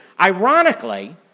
Ironically